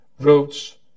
roads